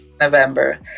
november